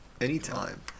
anytime